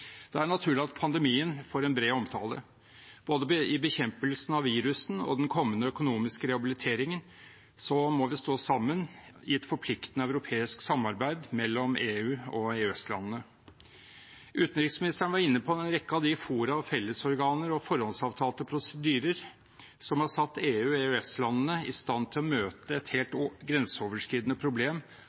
Det er naturlig at pandemien får en bred omtale. Både i bekjempelsen av viruset og i den kommende økonomiske rehabiliteringen må vi stå sammen i et forpliktende europeisk samarbeid mellom EU og EØS-landene. Utenriksministeren var inne på en rekke av de fora, fellesorganer og forhåndsavtalte prosedyrer som har satt EU/EØS-landene i stand til å møte et helt grenseoverskridende problem